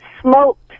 smoked